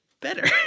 better